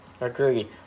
Agreed